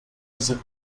dieser